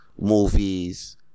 Movies